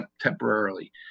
temporarily